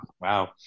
Wow